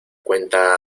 cuenta